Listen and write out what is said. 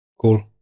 cool